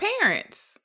parents